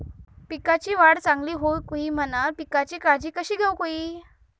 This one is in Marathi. पिकाची वाढ चांगली होऊक होई म्हणान पिकाची काळजी कशी घेऊक होई?